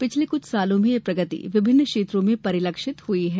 पिछले कुछ वर्षो में यह प्रगति विभिन्न क्षेत्रों में परिलक्षित हुई है